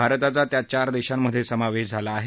भारताचा त्या चार देशांमध्ये समावेश झाला आहे